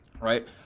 right